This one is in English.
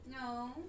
No